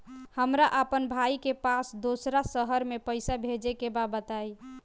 हमरा अपना भाई के पास दोसरा शहर में पइसा भेजे के बा बताई?